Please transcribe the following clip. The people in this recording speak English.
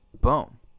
Boom